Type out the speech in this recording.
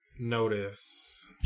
Notice